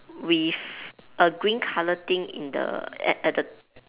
with a green colour thing in the at at the